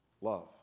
love